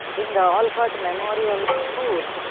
in the olcott memorial school